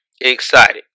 excited